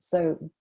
so,